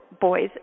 boys